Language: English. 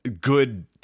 good